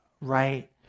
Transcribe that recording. right